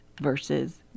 versus